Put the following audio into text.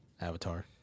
Avatar